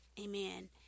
Amen